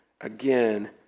again